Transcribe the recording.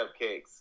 cupcakes